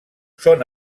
són